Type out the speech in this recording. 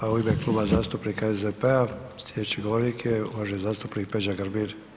A u ime Kluba zastupnika SDP-a sljedeći govornik je uvaženi zastupnik Peđa Grbin.